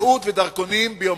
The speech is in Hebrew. זהות ודרכונים ביומטריים.